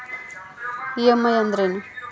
EMI ಅಂದ್ರೇನು?